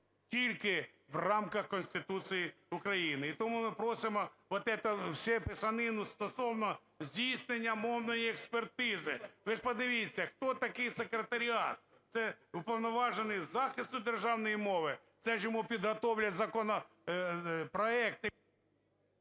тільки в рамках Конституції України. І тому ми просимо вот эту всю писанину стосовно здійснення мовної експертизи – ви ж подивіться, хто такий секретаріат? Це Уповноважений із захисту державної мови, це ж йому підготовлять законопроект…